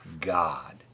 God